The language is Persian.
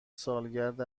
سالگرد